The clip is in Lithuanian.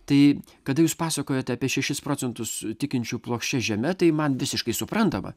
tai kada jūs pasakojot apie šešis procentus tikinčių plokščia žeme tai man visiškai suprantama